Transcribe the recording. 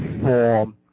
form